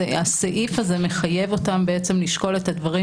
הסעיף הזה מחייב אותם בעצם לשקול את הדברים,